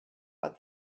but